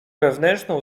wewnętrzną